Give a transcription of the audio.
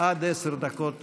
עד עשר דקות לרשותך.